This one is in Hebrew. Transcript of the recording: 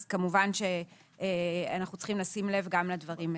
אז כמובן שאנחנו צריכים לשים לב גם לדברים האלה.